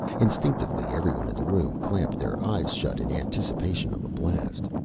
instinctively, everyone in the room clamped their eyes shut in anticipation of a blast.